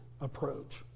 approach